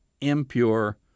impure